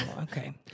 Okay